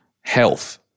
Health